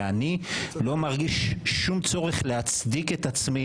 ואני לא מרגיש שום צורך להצדיק את עצמי